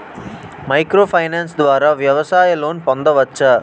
Micro finance ద్వారా వ్యవసాయ loan పొందవచ్చా?